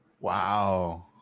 Wow